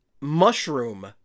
mushroom